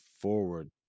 forward